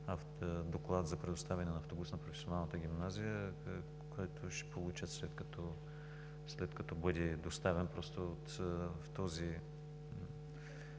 Доклад за предоставяне на автобус на Професионалната гимназия, който ще получат, след като бъде доставен. Точно от този